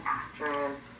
actress